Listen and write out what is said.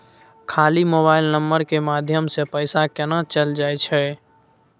खाली mobile number के माध्यम से पैसा केना चल जायछै?